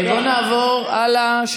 בואו נעבור הלאה.